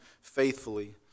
faithfully